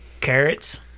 Carrots